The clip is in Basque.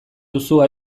duzu